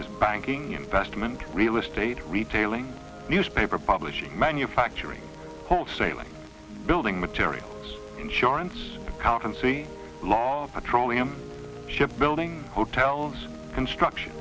as banking investment real estate retailing newspaper publishing manufacturing wholesaling building materials insurance accountancy law petroleum shipbuilding hotels construction